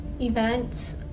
events